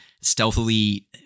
stealthily